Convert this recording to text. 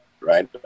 right